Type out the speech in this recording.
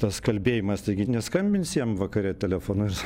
tas kalbėjimas taigi neskambinsi jam vakare telefonu